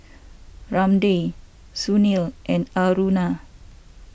Ramdev Sunil and Aruna